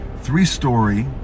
three-story